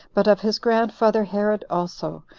but of his grandfather herod also,